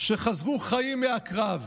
שחזרו חיים מהקרב